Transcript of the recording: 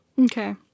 Okay